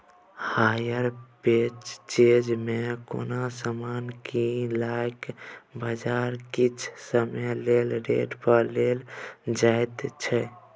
hire purchase मे कोनो समान कीनलाक बजाय किछ समय लेल रेंट पर लेल जाएत छै